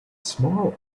smaller